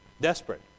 desperate